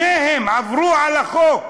שניהם עברו על החוק.